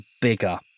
bigger